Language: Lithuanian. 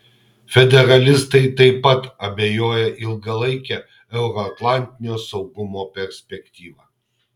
federalistai taip pat abejoja ilgalaike euroatlantinio saugumo perspektyva